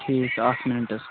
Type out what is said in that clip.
ٹھیٖک چھُ اَکھ مِنٹ حظ